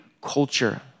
culture